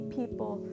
people